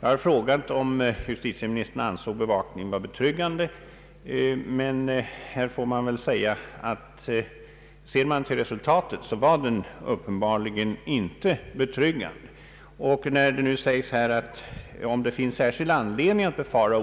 Jag har frågat om justitiemi nistern ansåg polisens bevakning betryggande, men ser man till resultatet var den uppenbarligen inte betryggande. I svaret sägs att om det finns särskild anledning att befara